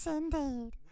indeed